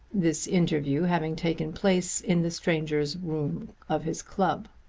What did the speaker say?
this interview having taken place in the strangers' room of his club.